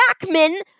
Jackman